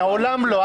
מעולם לא,